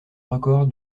record